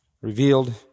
revealed